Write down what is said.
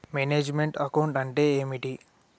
Manage meant account అంటే ఏమిటి?